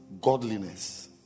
godliness